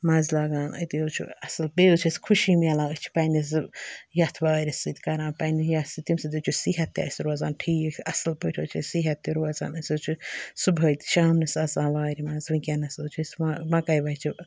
مَزٕ لَگان أتی حٕظ چھُ اَصٕل بییہِ حٕظ چھُ اسہِ خوشی ملان أسۍ چھِ پَننہِ یَتھ وارِ سۭتۍ کَران پَننہِ یَتھ سۭتۍ امہِ سۭتۍ چھُ صِحٮ۪ت تہِ روزان ٹھیٖک اَصٕل پٲٹھۍ چھ صِحٮ۪ت روزان صُبحٲے تہِ شامنس آسان وارِ منٛز وٕنکٮ۪ن تہِ چھِ مَکایہِ وَچہِ